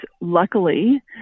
luckily